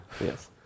Yes